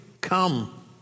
Come